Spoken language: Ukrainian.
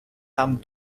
там